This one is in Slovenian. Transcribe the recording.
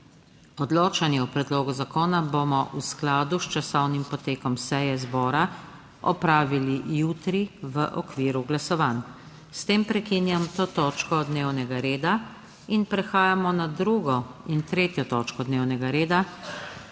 Odločanje o predlogu zakona bomo v skladu s časovnim potekom seje zbora opravili jutri v okviru glasovanj. S tem prekinjam to točko dnevnega reda. Prehajamo na **2. IN 3. TOČKO DNEVNEGA